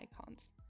icons